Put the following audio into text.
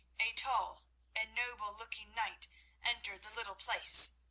a tall and noble-looking knight entered the little place.